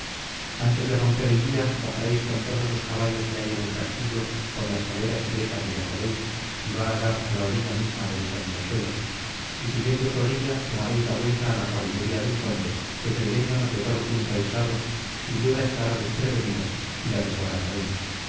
antes de romper el día bajaréis con todos los caballos que hay en el castillo por la escalera secreta que ya sabéis y va a dar a la orilla misma de ese riachuelo y siguiendo su orilla tomaréis la vuelta a la caballería del conde que creyéndonos de todo punto aislados sin duda estará desprevenida y la desbarataréis pero